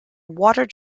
water